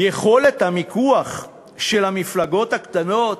"יכולת המיקוח של המפלגות הקטנות